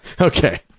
Okay